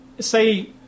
say